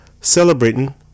celebrating